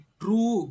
true